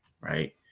right